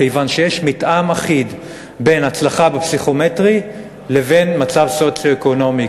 כיוון שיש מתאם אחיד בין הצלחה בפסיכומטרי לבין מצב סוציו-אקונומי.